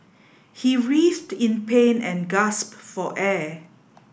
he writhed in pain and gasped for air